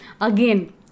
Again